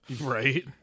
right